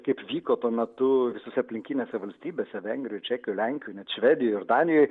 kaip vyko tuo metu visose aplinkinėse valstybėse vengrijoj čekijoj lenkijoj net švedijoj ir danijoj